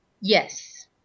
Yes